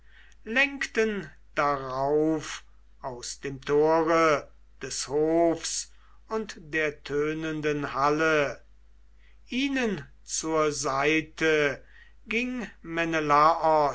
lenkten darauf aus dem tore des hofs und der tönenden halle ihnen zur seite ging